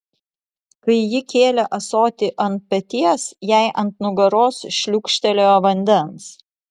kai ji kėlė ąsotį ant peties jai ant nugaros šliūkštelėjo vandens